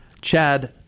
Chad